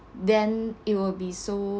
then it will be so